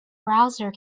browser